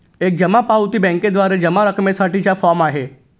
एक जमा पावती बँकेद्वारे जमा रकमेसाठी चा फॉर्म आहे